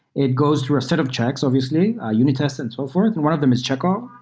it goes through a set of checks obviously, ah unit tests and so forth, and one of them is chekhov.